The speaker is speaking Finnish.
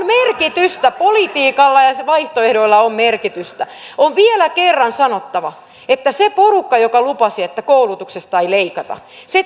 merkitystä politiikalla ja vaihtoehdoilla on merkitystä on vielä kerran sanottava että se porukka joka lupasi että koulutuksesta ei leikata